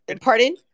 pardon